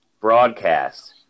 broadcast